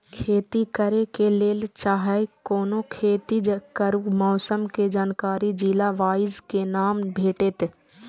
खेती करे के लेल चाहै कोनो खेती करू मौसम के जानकारी जिला वाईज के ना भेटेत?